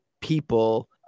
people